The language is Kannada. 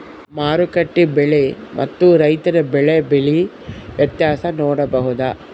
ಮಾರುಕಟ್ಟೆ ಬೆಲೆ ಮತ್ತು ರೈತರ ಬೆಳೆ ಬೆಲೆ ವ್ಯತ್ಯಾಸ ನೋಡಬಹುದಾ?